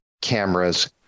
cameras